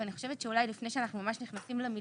ואני חושבת שאולי לפני שאנחנו ממש נכנסים למילים,